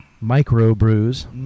micro-brews